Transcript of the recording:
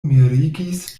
mirigis